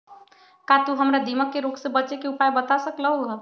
का तू हमरा दीमक के रोग से बचे के उपाय बता सकलु ह?